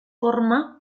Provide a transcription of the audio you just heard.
forma